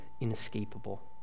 inescapable